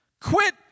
Quit